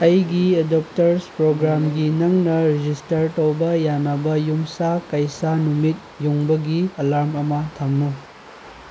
ꯑꯩꯒꯤ ꯑꯦꯗꯣꯞꯇꯔꯁ ꯄ꯭ꯔꯣꯒ꯭ꯔꯥꯝꯒꯤ ꯅꯪꯅ ꯔꯦꯖꯤꯁꯇꯔ ꯇꯧꯕ ꯌꯥꯅꯕ ꯌꯨꯝꯁ ꯀꯩꯁ ꯅꯨꯃꯤꯠ ꯌꯨꯡꯕꯒꯤ ꯑꯂꯥꯔꯝ ꯑꯃ ꯊꯝꯃꯨ